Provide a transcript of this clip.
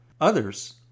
Others